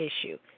issue